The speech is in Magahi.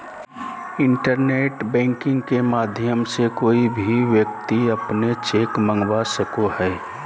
इंटरनेट बैंकिंग के माध्यम से कोय भी व्यक्ति अपन चेक मंगवा सको हय